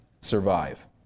survive